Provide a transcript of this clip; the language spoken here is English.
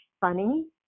funny